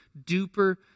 duper